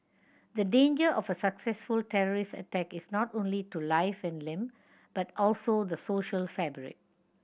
the danger of a successful terrorist attack is not only to life and limb but also the social fabric